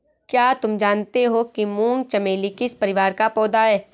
क्या तुम जानते हो कि मूंगा चमेली किस परिवार का पौधा है?